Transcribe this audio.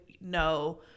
no